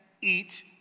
eat